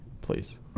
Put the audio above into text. please